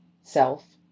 self